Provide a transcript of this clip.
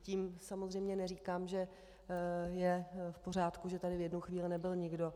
Tím samozřejmě neříkám, že je v pořádku, že tady v jednu chvíli nebyl nikdo.